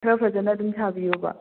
ꯈꯔ ꯐꯖꯅ ꯑꯗꯨꯝ ꯁꯥꯕꯤꯌꯣꯕ